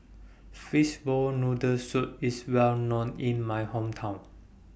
Fishball Noodle Soup IS Well known in My Hometown